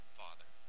father